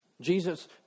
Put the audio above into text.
Jesus